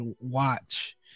watch